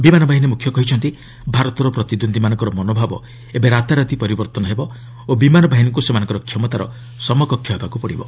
ବିମାନ ବାହିନୀ ମୁଖ୍ୟ କହିଛନ୍ତି ଭାରତର ପ୍ରତିଦ୍ୱନ୍ଦ୍ୱୀମାନଙ୍କର ମନୋଭାବ ଏବେ ରାତାରାତି ପରିବର୍ତ୍ତନ ହୋଇଯିବ ଓ ବିମାନ ବାହିନୀକୁ ସେମାନଙ୍କ କ୍ଷମତାର ସମକକ୍ଷ ହେବାକୁ ପଡ଼ିବ